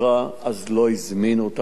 אז לא הזמינו אותה לחקירה.